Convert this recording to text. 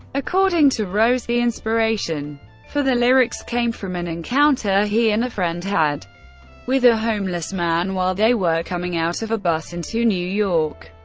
according to rose, the inspiration for the lyrics came from an encounter he and a friend had with a homeless man while they were coming out of a bus into new york.